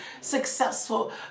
successful